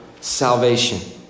salvation